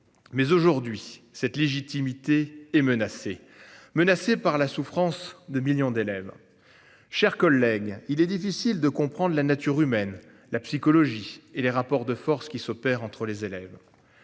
Mais aujourd'hui cette légitimité et menacé menacé par la souffrance de millions d'élèves. Chers collègues, il est difficile de comprendre la nature humaine, la psychologie et les rapports de force qui s'opère entre les élèves.